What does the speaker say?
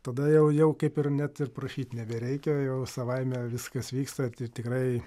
tada jau jau kaip ir net ir prašyt nebereikia o jau savaime viskas vyksta tikrai